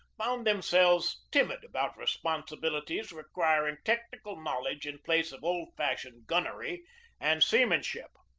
found themselves timid about re sponsibilities requiring technical knowledge in place of old-fashioned gunnery and seamanship.